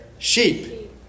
Sheep